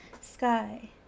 sky